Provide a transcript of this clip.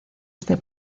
este